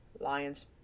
Lions